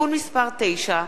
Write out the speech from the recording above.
(תיקון מס' 8)